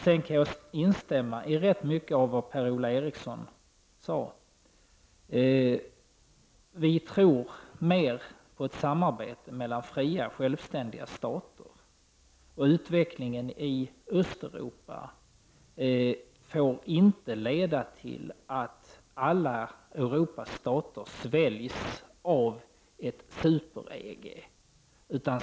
Jag kan instämma i rätt mycket av vad Per-Ola Eriksson sade. Vi tror mer på ett samarbete mellan fria självständiga stater. Utvecklingen i Östeuropa får inte leda till att alla Europas stater sväljs av ett ”sSuper-EG”.